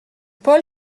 paul